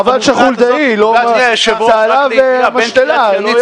יש כאן מובלעת --- אז חבל שחולדאי לא --- והמשתלה לא יעברו גם.